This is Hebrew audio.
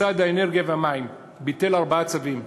משרד האנרגיה והמים ביטל ארבעה צווים,